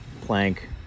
plank